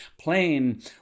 Plain